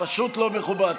פשוט לא מכובד.